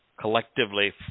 collectively